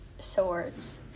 swords